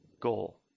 goal